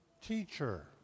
teacher